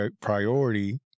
priority